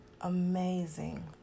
amazing